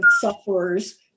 sufferers